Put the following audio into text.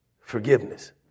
forgiveness